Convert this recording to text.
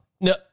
No